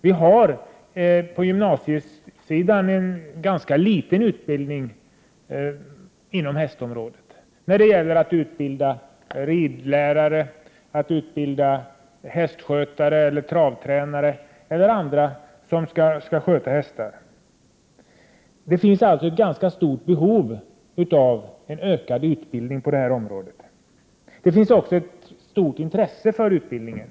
Vi har på gymnasiesidan en ganska liten utbildning av ridlärare, hästskötare, travtränare eller andra som skall sköta hästar. Det finns alltså ett ganska stort behov av ökad utbildning på det här området. Det finns också ett stort intresse för utbildningen.